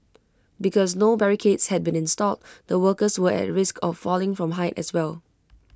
because no barricades had been installed the workers were at risk of falling from height as well